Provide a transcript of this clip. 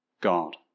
God